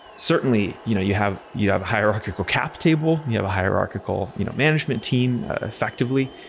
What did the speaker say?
certainly, you know you have you have a hierarchical cap table. you have a hierarchical you know management team effectively.